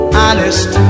honest